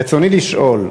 רצוני לשאול: